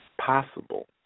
possible